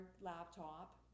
laptop